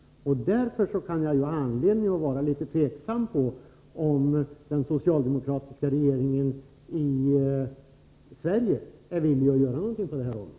Jag kan således ha anledning att undra om den socialdemokratiska regeringen i Sverige är villig att göra någonting på det här området.